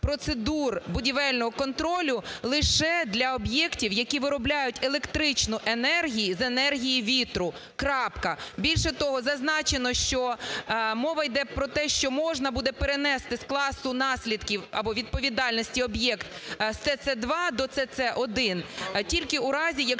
процедур будівельного контролю лише для об'єктів, які виробляють електричну енергію з енергії вітру, крапка. Більше того, зазначено, що мова йде про те, що можна буде перенести з класу наслідків або відповідальності об'єкт з СС2 до СС1 тільки в разі, якщо